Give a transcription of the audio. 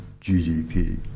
GDP